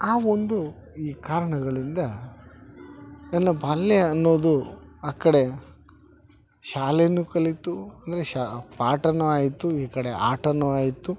ಆ ಒಂದು ಈ ಕಾರಣಗಳಿಂದ ನನ್ನ ಬಾಲ್ಯ ಅನ್ನೋದು ಆ ಕಡೆ ಶಾಲೆನು ಕಲಿತು ಅಂದರೆ ಶಾ ಪಾಠನು ಆಯಿತು ಈ ಕಡೆ ಆಟನು ಆಯಿತು